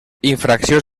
infraccions